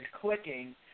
clicking